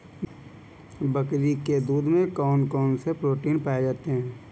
बकरी के दूध में कौन कौनसे प्रोटीन पाए जाते हैं?